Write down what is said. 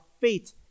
fate